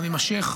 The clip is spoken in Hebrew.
גם עם השייח',